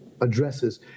addresses